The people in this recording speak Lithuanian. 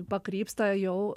pakrypsta jau